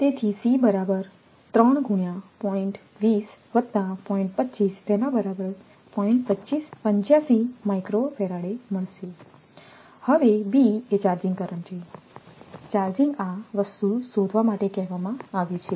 તેથી હવે b એ ચાર્જિંગ કરંટ છે ચાર્જિંગ આ વસ્તુ શોધવા માટે કહેવામાં આવ્યું છે